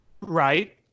right